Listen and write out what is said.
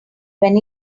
when